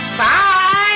bye